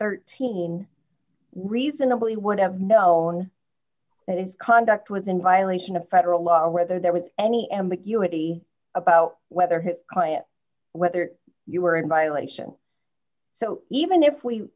thirteen reasonably would have known that his conduct was in violation of federal law whether there was any ambiguity about whether his client whether you were in violation so even if we